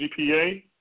GPA